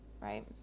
right